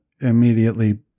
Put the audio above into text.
immediately